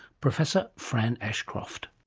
professor fran ashcroft.